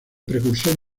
precursor